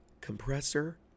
compressor